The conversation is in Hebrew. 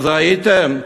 אז ראיתם,